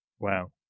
Wow